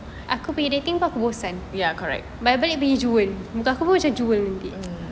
ya correct mm